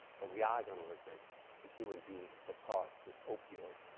but we are going to agree that human beings have caused this opioid